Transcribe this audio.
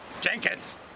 Jenkins